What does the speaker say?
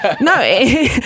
No